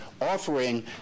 offering